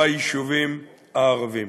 ביישובים הערביים.